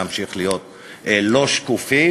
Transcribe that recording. כדי להמשיך להיות לא שקופים,